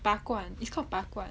拔罐 is called 拔罐